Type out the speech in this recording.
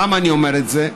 למה אני אומר את זה?